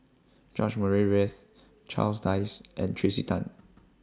George Murray Reith Charles Dyce and Tracey Tan